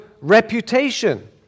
reputation